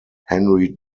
henry